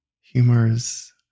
humors